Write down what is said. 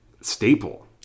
staple